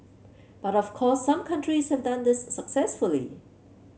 but of course some countries have done this successfully